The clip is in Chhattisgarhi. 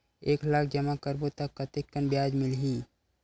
एक लाख जमा करबो त कतेकन ब्याज मिलही?